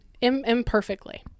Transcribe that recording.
Imperfectly